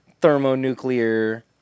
thermonuclear